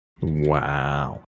Wow